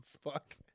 fuck